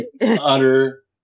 Utter